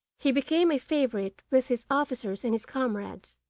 he became a favourite with his officers and his comrades.